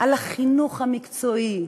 על החינוך המקצועי,